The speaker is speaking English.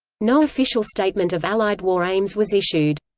no official statement of allied war aims was issued.